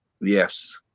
Yes